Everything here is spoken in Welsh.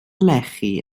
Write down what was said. lechi